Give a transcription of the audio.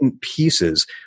pieces